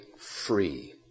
free